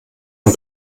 nur